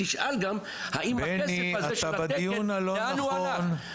תשאל גם לאן הלך הכסף הזה של התקן.